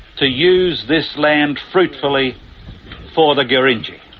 to use this land fruitfully for the gurindji.